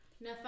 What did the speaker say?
Now